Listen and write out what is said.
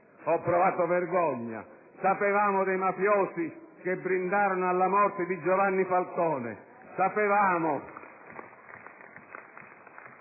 Ho provato vergogna. Sapevamo dei mafiosi che brindarono alla morte di Giovanni Falcone. *(Applausi